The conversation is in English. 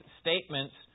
statements